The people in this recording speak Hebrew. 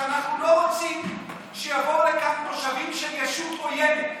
כי אנחנו לא רוצים שיבואו לכאן תושבים של ישות עוינת.